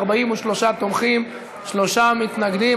43 תומכים, שלושה מתנגדים.